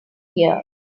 here